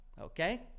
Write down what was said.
okay